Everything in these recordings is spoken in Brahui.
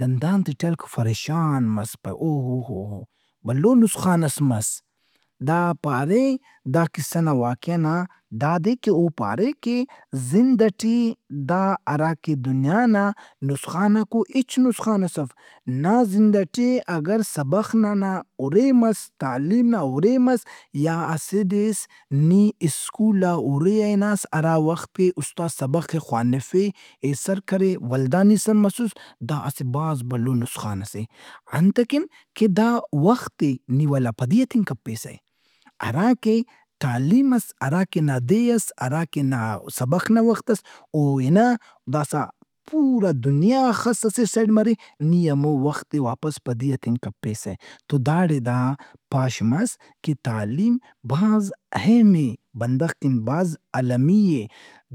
دندانتے ٹے ہلک فریشان مس پائہہ او او او بھلو نسخانس مس۔ دا پارے دا قصہ نا واقعہ نا داد اے کہ او پارے کہ زند ئٹی دا ہرا کہ دنیا نا نسخاناک او ہچ نسخانس اف۔ نا زند ئٹے اگہ سبخ ننا اُرے مس تعلیم نا اُرے مس یا اسہ دیس نی سکول آ اُرے آ ہِناس ہرا وخت کہ استاد سبخ ئے خوانِفے ایسر کرے ولدا نی سرمسُّس دا اسہ بھاز بھلو نسخان ئس اے۔ انت ئکن کہ داوخت ئے نی ولدا پدی ہتنگ کپیسہ۔ ہرا کہ تعلیم اس، ہرا کہ نا دے اس، ہرا کہ نا سبخ نا وخت اس او ہِنا داسا پورا دنیا ہخس اسہ سیڈ مرے نی ہمو وخت ئے واپس پدی ہتنگ کپیسہ۔ تو داڑے دا پاش مس کہ تعلیم بھاز اہم اے۔ بندغ کن بھاز المی اے۔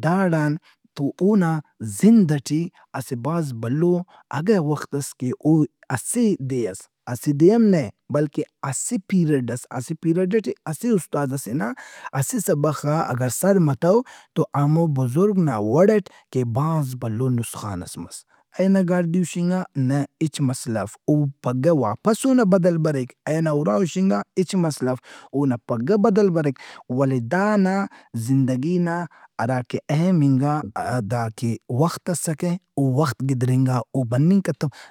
داڑان تو پو نا زندئٹی اسہ بھاز بھلو اگہ وختس کہ او اسہ دے ئس، اسہ دے ہم نہ بلکہ اسہ پیرڈ ئس، اسہ پیرڈ ئٹے اسہ استاد ئسے نا اسہ سبخ آ اگہ سر متو تو ہمو بزرگ نا وڑاٹ کہ بھاز بھلو نسخان ئس مس۔ اینا گاڈی ہُشنگا نہ ہچ مسلہ اف اوپھگہ واپس اونا بدل بریک، اینا ہُر ہُشنگا ہچ مسلہ اف۔ اونا پھگہ بدل بریک۔ ولے دانا زندگی نا ہراکہ اہم انگا وخت اسکہ او وخت گدرینگا اوبننگ کتو۔